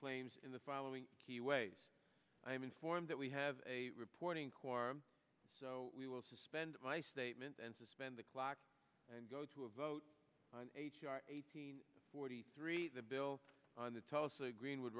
claims in the following key ways i am informed that we have a reporting quorum so we will suspend my statement and suspend the clock and go to a vote eighteen forty three the bill on the tell us a greenwood